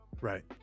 right